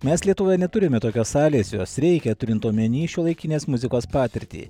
mes lietuvoje neturime tokios salės jos reikia turint omeny šiuolaikinės muzikos patirtį